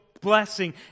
blessing